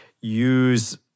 use